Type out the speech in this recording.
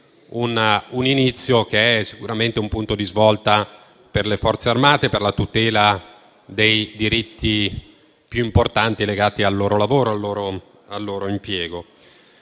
un inizio che è sicuramente un punto di svolta per le Forze armate, per la tutela dei diritti più importanti legati al loro lavoro e al loro impiego.